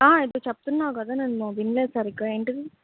ఎదో చెప్తున్నావ్ కదా నేను వినలేదు సరిగ్గా ఏంటి అది